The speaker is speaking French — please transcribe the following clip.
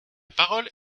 parole